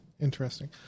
Interesting